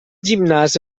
gimnàs